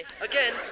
Again